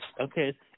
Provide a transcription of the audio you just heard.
okay